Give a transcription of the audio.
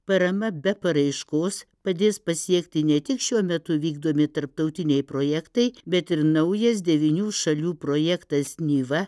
parama be paraiškos padės pasiekti ne tik šiuo metu vykdomi tarptautiniai projektai bet ir naujas devynių šalių projektas niva